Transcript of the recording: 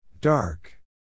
Dark